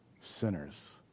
sinners